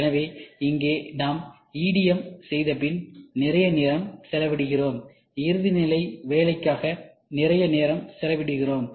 எனவே இங்கே நாம் EDM செய்தபின் நிறைய நேரம் செலவிடுகிறோம்இறுதிநிலை வேலைக்காக நிறைய நேரம் செலவிடுகிறோம்